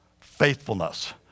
faithfulness